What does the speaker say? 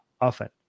often